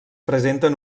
presenten